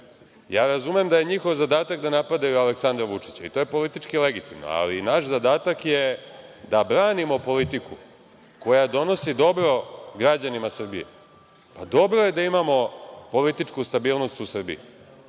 ja razumem da je njihov zadatak da napadaju Aleksandra Vučića, i to je politički legitimno, ali naš zadatak je da branimo politiku koja donosi dobro građanima Srbije. Dobro je da imamo političku stabilnost u Srbiji.